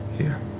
here.